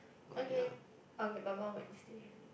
okay okay Baba Wednesday